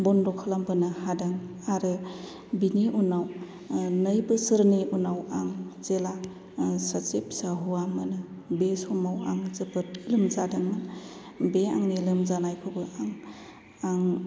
बन्द खालामबोनो हादों आरो बिनि उनाव नै बोसोरनि उनाव आं जेला सासे फिसा हौवा मोनो बे समाव आं जोबोद लोमजादोंमोन बे आंनि लोमजानायखौबो आं आं